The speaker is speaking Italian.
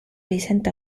risente